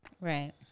right